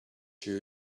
you